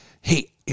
hey